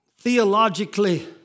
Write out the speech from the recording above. Theologically